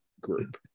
group